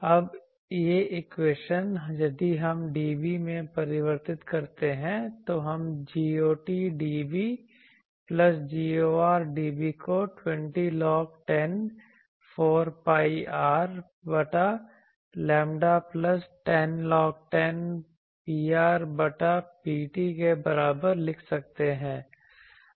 अब यह इक्वेशन यदि हम dB में परिवर्तित करते हैं तो हम Got dB plus Gor dB को 20log10 4 pi R बटा लैम्ब्डा प्लस 10log10 Pr बटा Pt के बराबर लिख सकते हैं